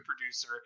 producer